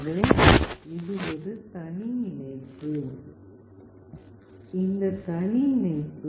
எனவே இது ஒரு தனி இணைப்பு